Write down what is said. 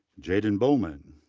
jayden bowman,